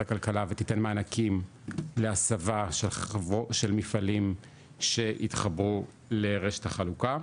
הכלכלה ותיתן מענקים להסבה של מפעלים שיתחברו לרשת החלוקה.